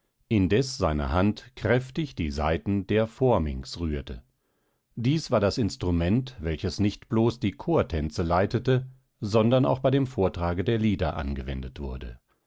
indes seine hand kräftig die saiten der phorminx rührte dies war das instrument welches nicht bloß die chortänze leitete sondern auch bei dem vortrage der lieder angewendet wurde